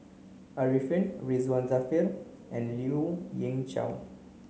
Arifin Ridzwan Dzafir and Lien Ying Chow